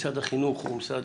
משרד החינוך הוא משרד